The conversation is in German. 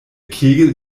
kegel